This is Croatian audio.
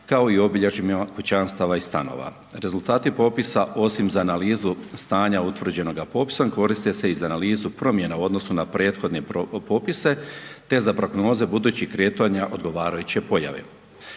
kao i obilježjima kućanstava i stanova. Rezultati popisa osim za analizu stanja utvrđenoga popisom koriste se i za analizu promjena u odnosu na prethodne popise te za prognoze budućih kretanja odgovarajuće pojave.